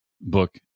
book